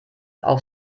auf